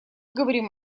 говорим